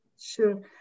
sure